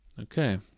Okay